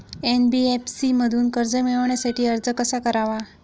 NBFC मधून कर्ज मिळवण्यासाठी अर्ज कसा करावा?